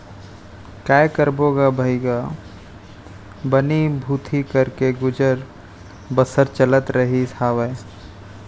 काय करबो गा भइगे बनी भूथी करके गुजर बसर चलत रहिस हावय